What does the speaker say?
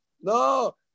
No